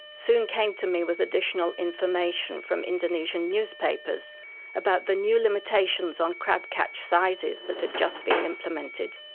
soon came to me with additional information from indonesian newspapers about the new limitations on crab catch sizes that had just been implemented,